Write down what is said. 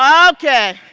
um okay.